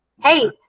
Hey